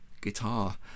guitar